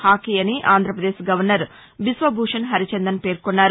hockey అని Andhra Pradesh governor Biswabhusan Harichandan పేర్కొన్నారు